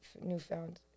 newfound